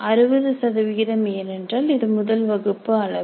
60 சதவிகிதம் ஏனென்றால் இது முதல் வகுப்பு அளவு